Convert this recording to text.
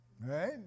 Right